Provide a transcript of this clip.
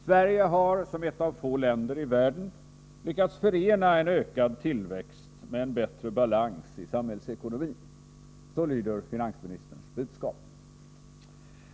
Sverige har som ett av få länder i världen lyckats förena en ökad tillväxt med en bättre balans i samhällsekonomin — så lyder finansministerns budskap.